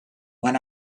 when